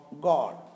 God